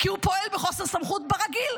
כי הוא פועל בחוסר סמכות ברגיל.